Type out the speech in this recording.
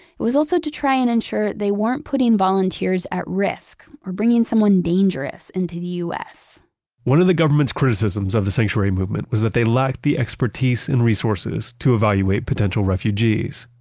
it was also to try and ensure they weren't putting volunteers at risk or bringing someone dangerous into the u s one of the government's criticisms of the sanctuary movement was that they lacked the expertise in resources to evaluate potential refugees.